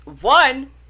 One